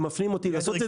הם מפנים אותי לעשות את זה.